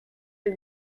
piú